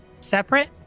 separate